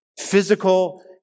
physical